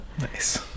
Nice